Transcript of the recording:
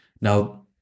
Now